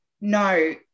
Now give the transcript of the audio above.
No